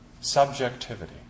Subjectivity